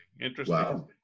Interesting